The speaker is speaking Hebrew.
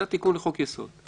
זה התיקון לחוק יסוד,